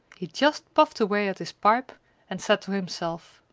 he just puffed away at his pipe and said to himself,